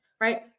right